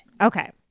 okay